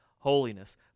holiness